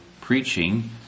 preaching